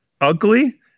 ugly